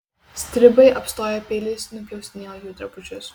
stribai apstoję peiliais nupjaustinėjo jų drabužius